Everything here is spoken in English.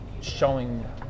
showing